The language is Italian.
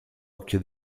occhio